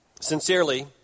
sincerely